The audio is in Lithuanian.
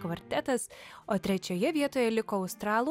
kvartetas o trečioje vietoje liko australų